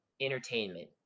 entertainment